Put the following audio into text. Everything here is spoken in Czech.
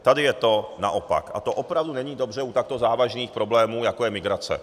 Tady je to naopak a to opravdu není dobře u takto závažných problémů, jako je migrace.